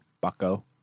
bucko